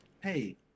hey